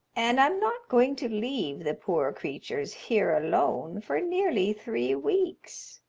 and i'm not going to leave the poor creatures here alone for nearly three weeks.